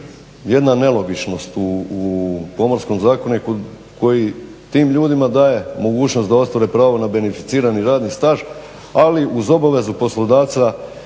jedna nelogičnost u Pomorskom zakoniku koji tim ljudima daje mogućnost da ostvare pravo na beneficirani radni staž, ali uz obavezu poslodavca